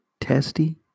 testy